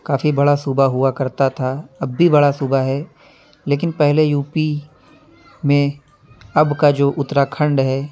کافی بڑا صوبہ ہوا کرتا تھا اب بھی بڑا صوبہ ہے لیکن پہلے یو پی میں اب کا جو اتراکھنڈ ہے